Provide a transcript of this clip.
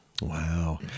Wow